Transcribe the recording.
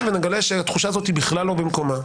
ונגלה שהתחושה הזאת היא בכלל לא במקומה,